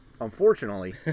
Unfortunately